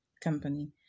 company